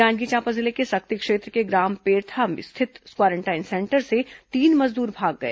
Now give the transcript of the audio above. जांजगीर चांपा जिले के सक्ती क्षेत्र के ग्राम पेरथा स्थित क्वारेंटाइन सेंटर से तीन मजदूर भाग गए